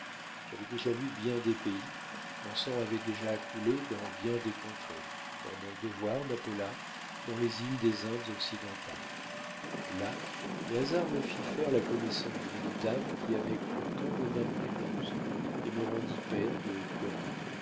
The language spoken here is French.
j'avais déjà vu bien des pays mon sang avait déjà coulé dans bien des contrées quand mon devoir m'appela dans les îles des indes occidentales là le hasard me fit faire la connaissance d'une dame qui avec le temps devint mon épouse et me rendit père de cora